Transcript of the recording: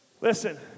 Listen